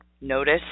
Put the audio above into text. Notice